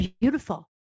beautiful